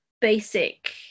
basic